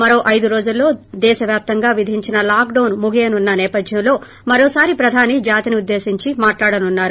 మరో ఐదు రోజుల్లో దేశ వ్యాప్తంగా విధించిన లాక్డౌన్ ముగియనున్న సేపథ్యంలో మరోసారి ప్రధాని జాతిని ఉద్దేశించి మాట్లాడనున్నారు